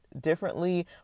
differently